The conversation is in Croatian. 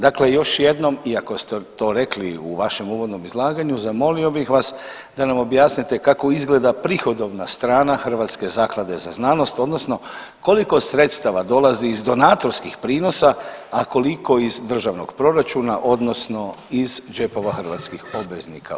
Dakle, još jednom iako ste to rekli u vašem uvodnom izlaganju zamolio bih vas da nam objasnite kako izgleda prihodovna strana Hrvatske zaklade za znanost odnosno koliko sredstava dolazi iz donatorskih prinosa, a koliko iz državnog proračuna odnosno iz džepova hrvatskih obveznika.